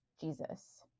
Jesus